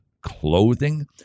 clothing